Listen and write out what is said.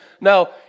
No